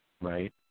Right